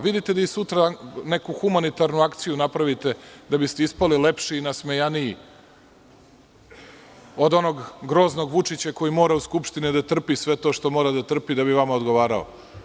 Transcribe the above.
Vidite vi sutra neku humanitarnu akciju napravite da bi ste ispali lepši i nasmejaniji od onog groznog Vučića, koji mora u Skupštini da trpi sve to što mora da trpi da bi vama odgovarao.